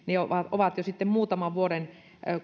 ovat jo muutaman vuoden